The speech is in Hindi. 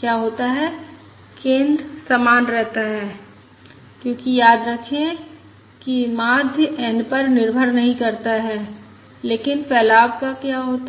क्या होता है केंद्र समान रहता है क्योंकि याद रखें कि माध्य n पर निर्भर नहीं करता है लेकिन फैलाव का क्या होता है